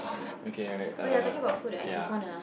okay alright uh ya